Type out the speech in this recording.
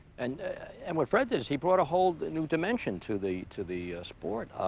and and what fred does, he brought a whole new dimension to the to the sport,